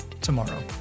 tomorrow